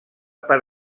per